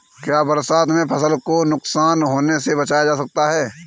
क्या बरसात में फसल को नुकसान होने से बचाया जा सकता है?